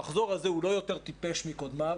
המחזור הזה הוא לא יותר טיפש מקודמיו.